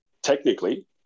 Technically